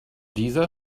dieser